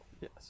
Yes